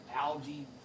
algae